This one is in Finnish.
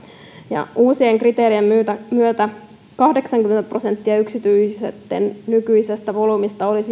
uusien kriteerien myötä myötä kahdeksankymmentä prosenttia yksityisten nykyisestä volyymista olisi